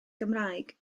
gymraeg